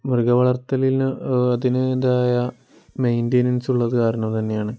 മൃഗ വളർത്തലിന് അതിന്റേതായ മെയിൻ്റയിനൻസ് ഉള്ളതുകാരണം തന്നെയാണ്